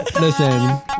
Listen